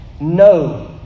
No